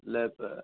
இல்லை இப்போ